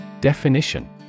Definition